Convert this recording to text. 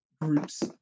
groups